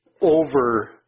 over